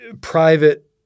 private –